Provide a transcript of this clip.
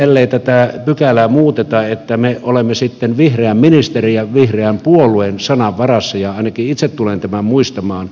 ellei tätä pykälää muuteta tämä kyllä nyt sitten menee siihen että me olemme vihreän ministerin ja vihreän puolueen sanan varassa ja ainakin itse tulen tämän muistamaan